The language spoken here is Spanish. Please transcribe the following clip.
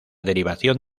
derivación